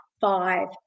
five